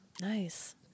Nice